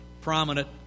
prominent